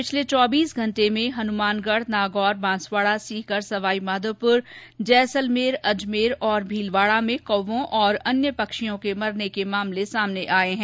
पिछले चौबीस घंटे में हनुमानगढ नागौर बांसवाडा सीकर सवाई माधोपुर जैसलमेर अजमेर तथा भीलवाडा में कौंओं तथा अन्य पक्षियों के मरने के मामले सामने आये हैं